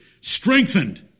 Strengthened